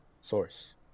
source